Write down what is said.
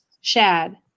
shad